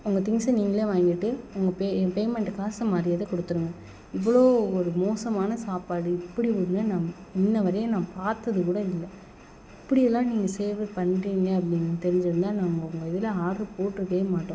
உங்கள் திங்க்ஸை நீங்களே வாங்கிட்டு உங்கள் பே ஏ பேமெண்ட்டு காசை மரியாதையாக கொடுத்துடுங்க இவ்வளோ ஒரு மோசமான சாப்பாடு இப்படி ஒன்னை நான் இன்ன வரையும் நான் பார்த்தது கூட இல்லை இப்படியெல்லாம் நீங்கள் சேவை பண்ணுறீங்க அப்படின்னு தெரிஞ்சியிருந்தா நாங்கள் உங்கள் இதில் ஆர்டர் போட்யிருக்கவேமாட்டோம்